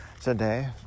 today